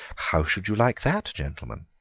how should you like that, gentlemen?